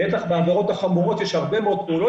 בטח בעבירות החמורות שיש הרבה מאוד פעולות